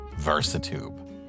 Versatube